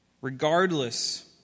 regardless